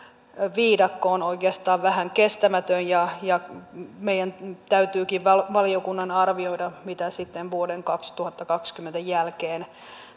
viidakko on oikeastaan vähän kestämätön ja ja meidän täytyykin valiokunnan arvioida mitä sitten vuoden kaksituhattakaksikymmentä jälkeen